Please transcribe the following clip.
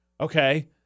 Okay